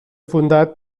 fundat